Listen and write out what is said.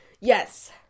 Yes